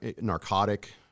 narcotic